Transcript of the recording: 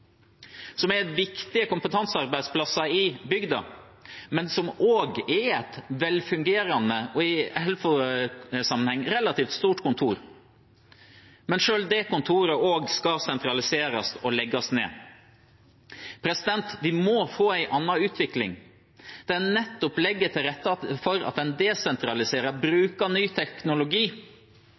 Dette er viktige kompetansearbeidsplasser i bygda, men kontoret er også et velfungerende og – i Helfo-sammenheng – et relativt stort kontor. Selv det kontoret skal sentraliseres og legges ned. Vi må få en annen utvikling, der en nettopp legger til rette for at en desentraliserer og bruker ny teknologi